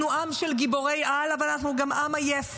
אנחנו עם של גיבורי-על, אבל אנחנו גם עם עייף